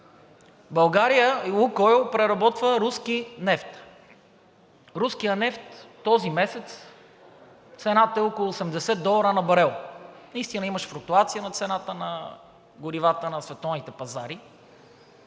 България и „Лукойл“ преработва руски нефт, а цената на руския нефт този месец е около 80 долара на барел. Наистина имаше флуктуация на цената на горивата на световните пазари,